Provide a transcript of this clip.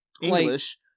english